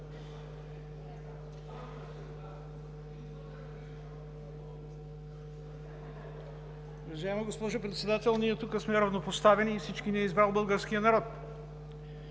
Уважаема госпожо Председател, ние тук сме равнопоставени и всички ни е избрал българският народ.